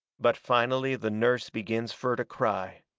but finally the nurse begins fur to cry.